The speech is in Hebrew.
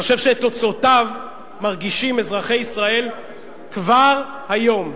אני חושב שאת תוצאותיו אזרחי ישראל מרגישים כבר היום.